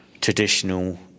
traditional